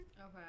Okay